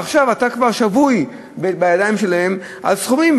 עכשיו אתה כבר שבוי בידיים שלהם עם סכומים.